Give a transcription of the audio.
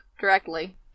directly